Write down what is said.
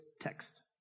text